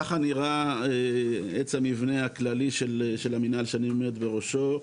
ככה נראה עץ המבנה הכללי של המנהל שאני עומד בראשו.